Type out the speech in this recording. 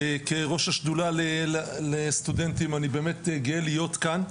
וכראש השדולה לסטודנטים אני באמת גאה להיות כאן.